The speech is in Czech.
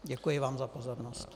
Děkuji vám za pozornost.